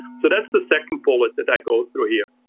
so that's the second bullet that i go through here.